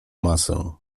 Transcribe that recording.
masę